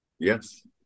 yes